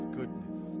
goodness